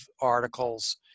articles